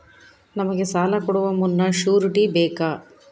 ನಮಗೆ ಸಾಲ ಕೊಡುವ ಮುನ್ನ ಶ್ಯೂರುಟಿ ಬೇಕಾ?